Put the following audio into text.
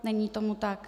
Není tomu tak.